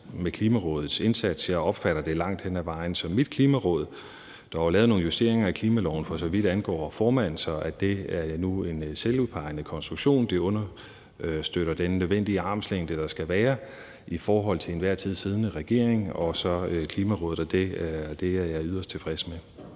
med Klimarådets indsats. Jeg opfatter det langt hen ad vejen som mit Klimaråd. Der er lavet nogle justeringer i klimaloven, for så vidt angår formand, så det nu er en selvudpegende konstruktion, og det understøtter den nødvendige armslængde, der skal være mellem Klimarådet og den til enhver tid siddende regering, og det er jeg yderst tilfreds med.